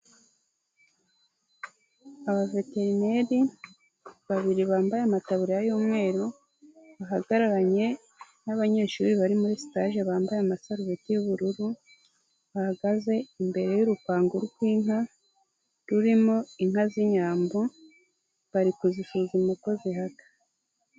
Abaveterineri babiri bambaye amataburiya y'umweru, bahagararanye n'abanyeshuri bari muri staje bambaye amasarubeti y'ubururu, bahagaze imbere y'urupangu rw'inka rurimo inka z'inyambo, bari kuzisuzuma uko zihahagaze.